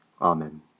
Amen